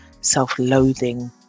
self-loathing